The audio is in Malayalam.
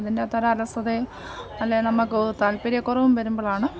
അതിൻറെ അകത്ത് ഒരു അലസതയും അല്ലെങ്കിൽ നമുക്ക് ഒരു താൽപ്പര്യക്കുറവും വരുമ്പോളാണ്